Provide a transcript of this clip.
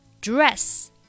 Dress